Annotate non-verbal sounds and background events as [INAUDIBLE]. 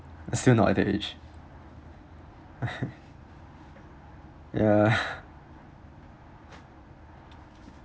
still not at that age [LAUGHS] ya [LAUGHS]